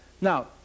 Now